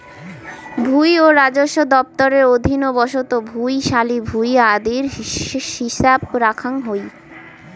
ভুঁই ও রাজস্ব দফতরের অধীন বসত ভুঁই, শালি ভুঁই আদির হিছাব রাখাং হই